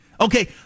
Okay